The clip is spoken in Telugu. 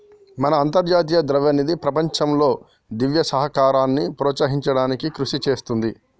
మన అంతర్జాతీయ ద్రవ్యనిధి ప్రపంచంలో దివ్య సహకారాన్ని ప్రోత్సహించడానికి కృషి చేస్తుంది